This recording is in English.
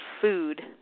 food